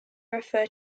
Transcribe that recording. refer